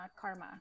karma